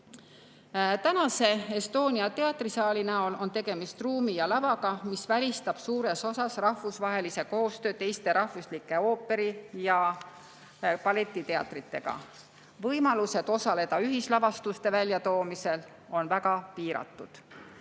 Tänase Estonia teatrisaali näol on tegemist ruumi ja lavaga, mis välistab suures osas rahvusvahelise koostöö teiste rahvuslike ooperi- ja balletiteatritega. Võimalused osaleda ühislavastuste väljatoomisel on väga piiratud.